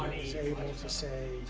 able to, say,